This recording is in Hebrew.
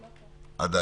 לא,